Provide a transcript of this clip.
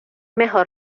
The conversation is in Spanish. mejor